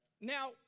Now